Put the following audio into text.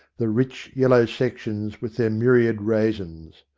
the rich yellow sections with their myriad raisins.